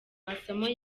masomo